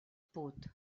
put